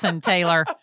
Taylor